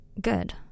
Good